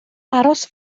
aros